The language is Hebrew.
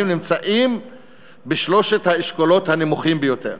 נמצאים בשלושת האשכולות הנמוכים ביותר.